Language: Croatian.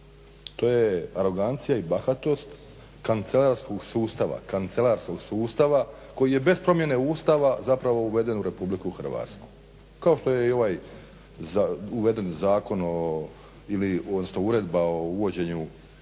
to je arogancija i bahatost kancelarskog sustava koji je bez promjene Ustava zapravo uveden u RH kao što je i uveden ovaj zakon, odnosno Uredba o uvođenju zdravstvenog